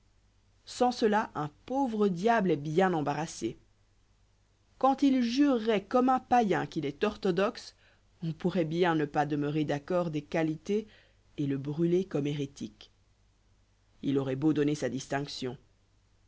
sans cela un pauvre diable est bien embarrassé quand il jureroit comme un païen qu'il est orthodoxe on pourroit bien ne pas demeurer d'accord des qualités et le brûler comme hérétique il auroit beau donner sa distinction